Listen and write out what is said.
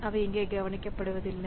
அவை இங்கே கவனிக்கப்படுவதில்லை